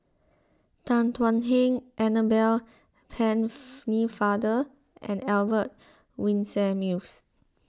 Tan Thuan Heng Annabel Pennefather and Albert Winsemius